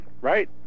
Right